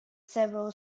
several